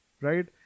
Right